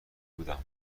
بودم